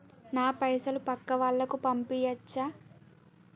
నా పైసలు పక్కా వాళ్ళకు పంపియాచ్చా?